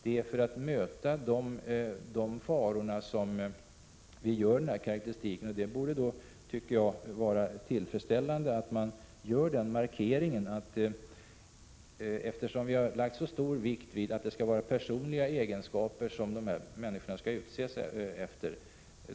Det är för att möta den faran som vi gör denna karakteristik. Det borde vara tillfredsställande att denna markering görs, eftersom vi har lagt så stor vikt vid att allmänrepresentanterna skall utses på grundval av personliga egenskaper.